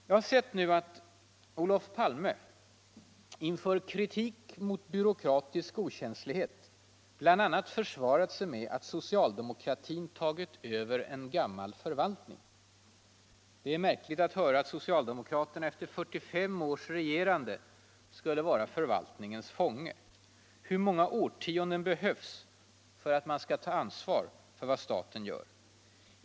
Jag har sett nu att Olof Palme inför kritik mot byråkratisk okänslighet bl.a. försvarat sig med att socialdemokratin tagit över en gammal förvaltning. Det är märkligt att höra att socialdemokraterna efter 45 års regerande skulle vara förvaltningens fånge. Hur många årtionden behövs för att man skall ta ansvar för vad staten gör?